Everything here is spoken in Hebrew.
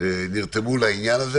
נרתמו לעניין הזה.